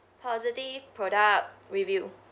positive product review